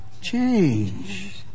Change